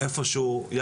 גם